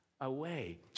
away